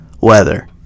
weather